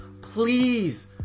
please